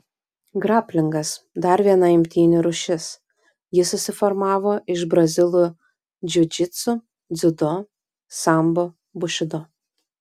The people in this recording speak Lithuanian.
graplingas dar viena imtynių rūšis ji susiformavo iš brazilų džiudžitsu dziudo sambo bušido